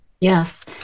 Yes